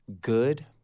good